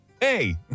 Hey